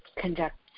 conduct